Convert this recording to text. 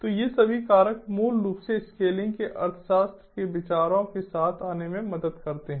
तो ये सभी कारक मूल रूप से स्केलिंग के अर्थशास्त्र के विचारों के साथ आने में मदद करते हैं